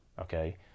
okay